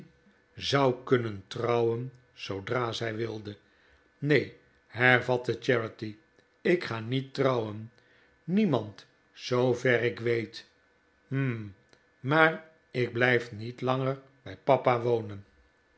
zou kunnen trouwen zoodra zij wilde neen hervatte charity ik ga niet trouwen niemand zoover ik weet hm maar ik blijf niet langer bij papa wonen